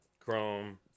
chrome